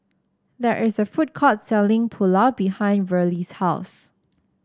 there is a food court selling Pulao behind Verlie's house